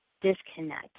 disconnect